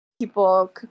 people